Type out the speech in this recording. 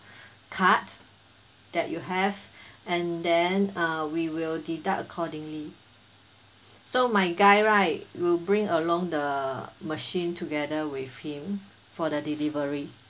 card that you have and then uh we will deduct accordingly so my guy right will bring along the machine together with him for the delivery